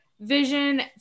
Vision